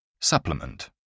Supplement